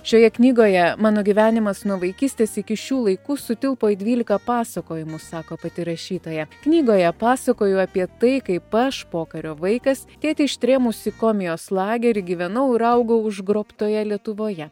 šioje knygoje mano gyvenimas nuo vaikystės iki šių laikų sutilpo į dvylika pasakojimų sako pati rašytoja knygoje pasakoju apie tai kaip aš pokario vaikas tėtį ištrėmus į komijos lagerį gyvenau ir augau užgrobtoje lietuvoje